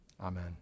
Amen